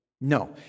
No